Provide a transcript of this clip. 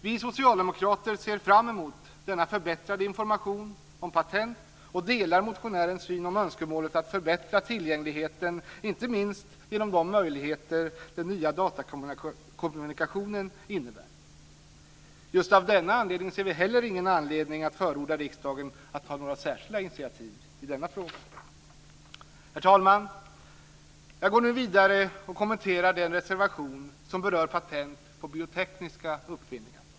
Vi socialdemokrater ser fram emot denna förbättrade information om patent och delar motionärens syn om önskemålet att förbättra tillgängligheten inte minst genom de möjligheter som den nya datakommunikationen innebär. Just av denna anledning ser vi heller ingen anledning av förorda att riksdagen skulle ta några särskilda initiativ i denna fråga. Herr talman! Jag går nu vidare och kommenterar den reservation som berör patent på biotekniska uppfinningar.